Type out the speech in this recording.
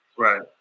Right